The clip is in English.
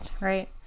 right